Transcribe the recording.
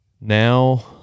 now